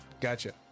Gotcha